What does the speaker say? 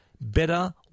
better